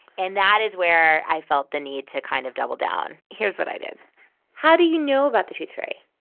and that is where i felt the need to kind of double down. here's what i did how do you know about the tooth fairy?